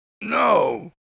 No